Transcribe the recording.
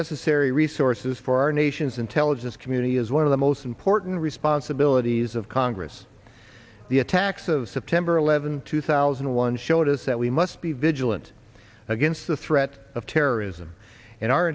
necessary resources for our nation's intelligence community is one of the most important responsibilities of congress the attacks of september eleventh two thousand and one showed us that we must be vigilant against the threat of terrorism and our